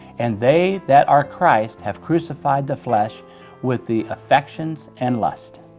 and they that are christ's have crucified the flesh with the affections and lusts.